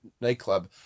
nightclub